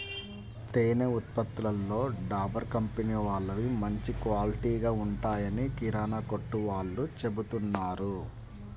తేనె ఉత్పత్తులలో డాబర్ కంపెనీ వాళ్ళవి మంచి క్వాలిటీగా ఉంటాయని కిరానా కొట్టు వాళ్ళు చెబుతున్నారు